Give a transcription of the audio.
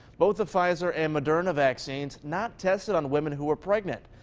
both the pfizer and moderna vaccines. not tested on women who were pregnant.